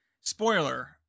Spoiler